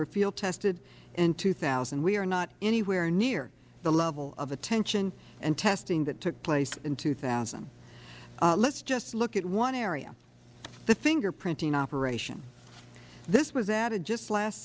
were field tested in two thousand we are not anywhere near the level of attention and testing that took place in two thousand let's just look at one area the fingerprinting operation this was added just last